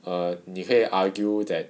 err 你可以 argue that